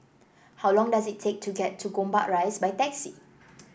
how long does it take to get to Gombak Rise by taxi